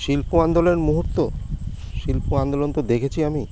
শিল্প আন্দোলনের মুহূর্ত শিল্প আন্দোলন তো দেখেছি আমি